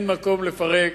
אין מקום לפרק,